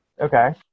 Okay